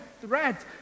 threat